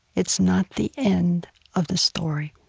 it's not the end of the story.